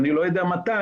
אני לא יודע מתי,